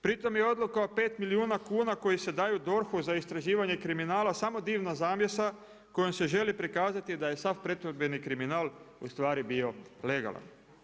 Pritom i odluka o pet milijuna kuna koji se daju DORH-u za istraživanje kriminala samo dimna zavjesa kojom se želi prikazati da je sav pretvorbeni kriminal u stvari bio legalan.